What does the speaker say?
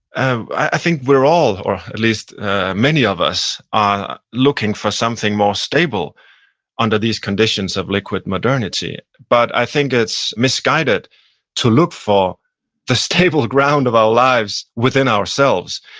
i think we're all, or at least many of us, are looking for something more stable under these conditions of liquid modernity, but i think it's misguided to look for the stable ground of our lives within ourselves,